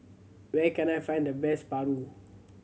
where can I find the best paru